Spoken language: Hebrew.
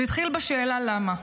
זה התחיל בשאלה למה.